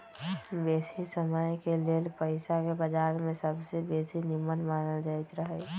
बेशी समयके लेल पइसाके बजार में सबसे बेशी निम्मन मानल जाइत हइ